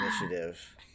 initiative